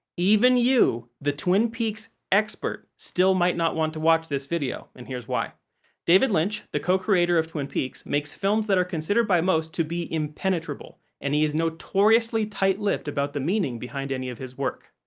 even you, the twin peaks expert, still might not want to watch this video, and here's why david lynch, the co-creator of twin peaks, makes films that are considered by most to be impenetrable, and he is notoriously tight-lipped about the meaning behind any of his work.